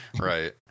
Right